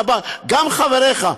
גם חבריך,